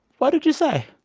what did you say?